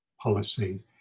policy